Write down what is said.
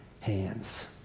hands